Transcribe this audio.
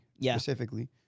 specifically